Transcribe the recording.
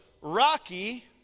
Rocky